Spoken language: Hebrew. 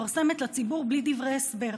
מתפרסמת לציבור בלי דברי הסבר.